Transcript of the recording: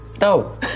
No